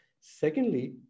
Secondly